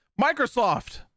microsoft